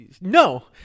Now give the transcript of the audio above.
No